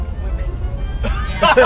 women